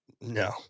no